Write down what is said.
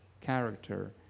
character